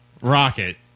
rocket